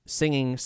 singing